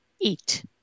eat